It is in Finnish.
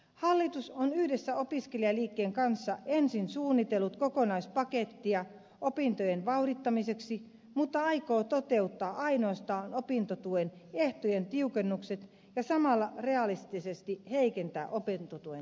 hallitus on yhdessä opiskelijaliikkeen kanssa ensin suunnitellut kokonaispakettia opintojen vauhdittamiseksi mutta aikoo toteuttaa ainoastaan opintotuen ehtojen tiukennukset ja samalla reaalisesti heikentää opintotuen tasoa